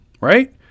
right